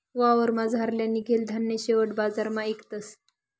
वावरमझारलं निंघेल धान्य शेवट बजारमा इकतस